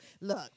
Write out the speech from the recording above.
look